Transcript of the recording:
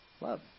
Love